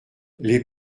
les